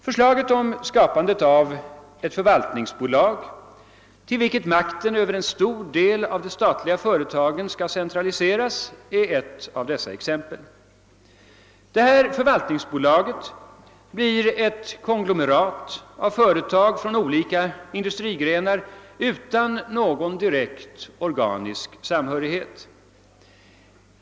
Förslaget om skapandet av ett förvaltningsbolag, till vilket makten över en stor del av de statliga företagen skall centraliseras, är ett av dessa exempel. Detta förvaltningsbolag blir ett konglomerat av företag från olika industrigrenar utan någon direkt organisk samhörighet.